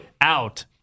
Out